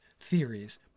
theories